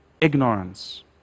ignorance